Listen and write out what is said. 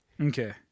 Okay